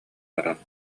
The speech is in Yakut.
баран